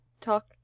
talk